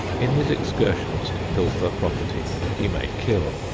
in his excursions to pilfer property he may kill,